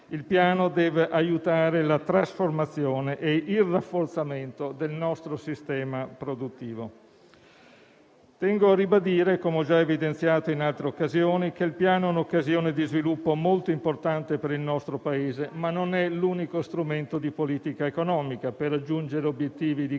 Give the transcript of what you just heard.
Il Piano deve aiutare la trasformazione e il rafforzamento del nostro sistema produttivo. Tengo a ribadire, come ho già evidenziato in altre occasioni, che il Piano è un'occasione di sviluppo molto importante per il nostro Paese, ma non è l'unico strumento di politica economica per raggiungere obiettivi di